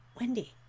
Wendy